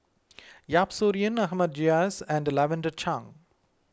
Yap Su Yin Ahmad Jais and Lavender Chang